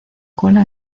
cola